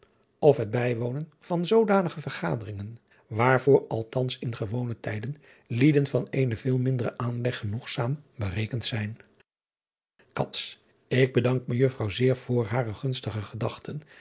of het bijwonen van zoodanige vergaderingen waar voor althans in gewone tijden lieden van eenen veel minderen aanleg genoegzaam berekend zijn driaan oosjes zn et leven van illegonda uisman k bedank mejuffrouw zeer voor hare gunstige gedachten